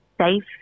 safe